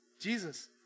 Jesus